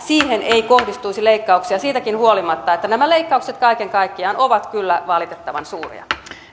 siihen ei kohdistuisi leikkauksia siitäkin huolimatta että nämä leikkaukset kaiken kaikkiaan ovat kyllä valitettavan suuria